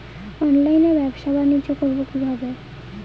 অনলাইনে ব্যবসা বানিজ্য করব কিভাবে?